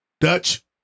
Dutch